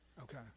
Okay